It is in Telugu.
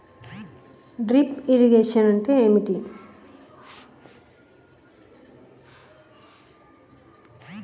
డ్రిప్ ఇరిగేషన్ అంటే ఏమిటి?